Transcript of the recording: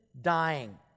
dying